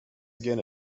again